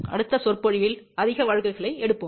அடுத்த சொற்பொழிவில் அதிக வழக்குகளை எடுப்போம்